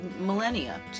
millennia